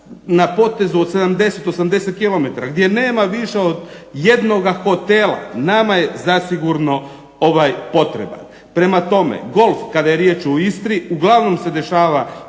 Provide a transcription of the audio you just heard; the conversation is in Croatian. na potezu od 70, 80 km gdje nema više od jednoga hotela nama je zasigurno potreban. Prema tome, golf kada je riječ o Istri uglavnom se dešava